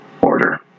order